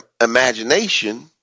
imagination